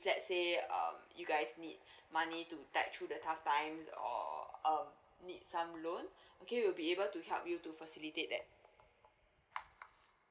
let's say um you guys need money to tide through the tough times or um need some loan okay we'll be able to help you to facilitate that